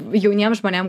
jauniem žmonėm